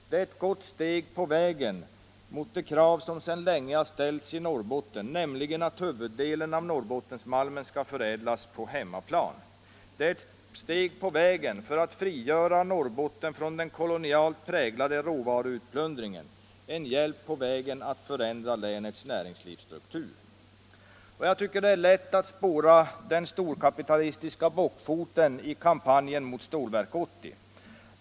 Det är ett gott steg på vägen mot det krav som sedan länge ställts i Norrbotten, nämligen att huvuddelen av Norrbottensmalmen skall förädlas på hemmaplan. Det är ett steg på vägen för att frigöra Norrbotten från den kolonialt präglade råvaruutplundringen, en hjälp på vägen att förändra länets näringslivsstruktur. Det är lätt att spåra den storkapitalistiska bockfoten i kampanjen mot Stålverk 80.